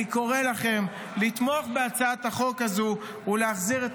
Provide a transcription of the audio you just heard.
אני קורא לכם לתמוך בהצעת החוק הזו ולהחזיר את